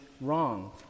wrong